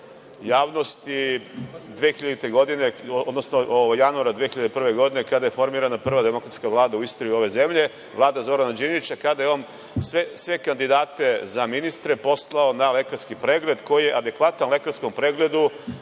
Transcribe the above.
godine, odnosno januara 2001. godine kada je formirana prva demokratska vlada u istoriji ove zemlje, Vlada Zorana Đinđića, kada je on sve kandidate za ministre poslao na lekarski pregled koji je adekvatan lekarskom pregledu